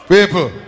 People